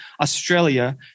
Australia